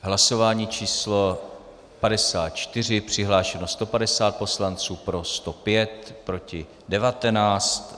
Hlasování číslo 54, přihlášeno 150 poslanců, pro 105, proti 19.